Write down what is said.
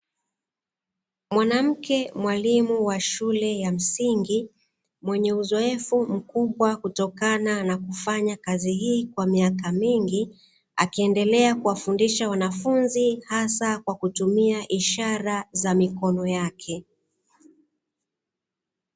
Mwanamke mwalimu wa shule ya msingi, mwenye uzoefu mkubwa kutokana na kufanya kazi hii kwa miaka msingi, akiendelea kuwafundisha wanafunzi hasa kwa kutumia ishara za mikono yake.